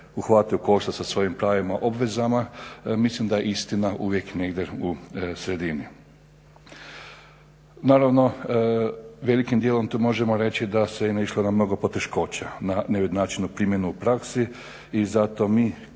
uhvate u koštac sa svojim pravima, obvezama. Mislim da je istina uvijek negdje u sredini. Naravno velikim dijelom tu možemo reći da se i naišlo na mnogo poteškoća, na neujednačenu primjenu u praksi i zato mi